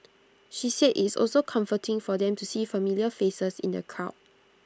she said it's also comforting for them to see familiar faces in the crowd